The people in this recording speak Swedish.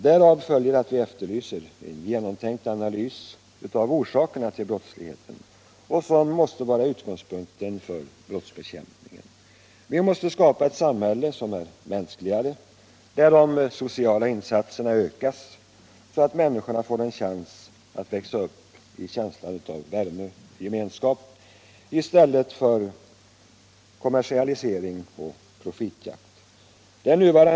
Därav följer att vi efterlyser en genom tänkt analys av orsakerna till brottsligheten, som måste vara utgångspunkten för brottsbekämpningen. Vi måste skapa ett samhälle som är mänskligare, där de sociala insatserna ökas så att människorna får en chans att växa upp i känslan av värme och gemenskap i stället för kommersialisering och profitjakt.